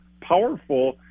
powerful